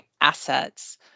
assets